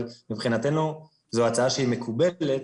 אבל מבחינתנו זו הצעה שהיא מקובלת.